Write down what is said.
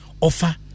offer